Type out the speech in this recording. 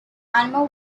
animal